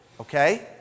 okay